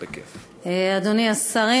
השרים,